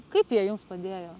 kaip jie jums padėjo